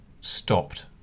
stopped